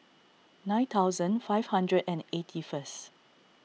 nine thousand five hundred and eighty first